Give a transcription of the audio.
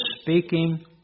speaking